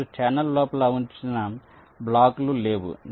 మీరు ఛానెల్ల లోపల ఉంచిన బ్లాక్లు లేవు